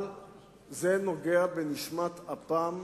אבל זה נוגע בנשמת-אפם